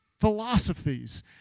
philosophies